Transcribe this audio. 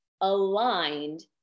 aligned